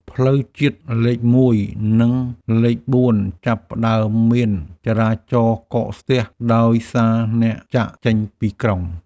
ផ្លូវជាតិលេខ១ និងលេខ៤ ចាប់ផ្ដើមមានចរាចរណ៍កកស្ទះដោយសារអ្នកចាកចេញពីក្រុង។